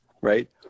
right